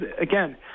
again